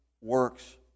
works